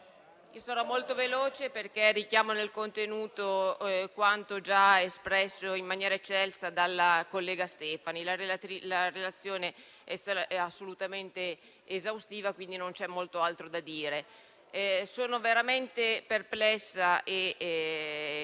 Sono veramente perplessa e